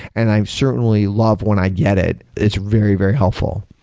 and i certainly love when i get it. it's very, very helpful.